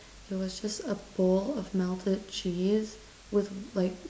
it was just a bowl of melted cheese with like